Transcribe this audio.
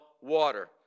water